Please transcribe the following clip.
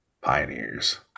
Pioneers